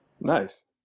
Nice